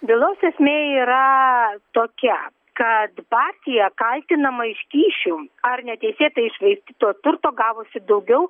bylos esmė yra tokia kad partija kaltinama iš kyšių ar neteisėtai iššvaistyto turto gavusi daugiau